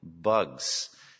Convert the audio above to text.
bugs